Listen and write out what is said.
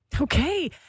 Okay